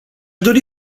dori